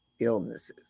illnesses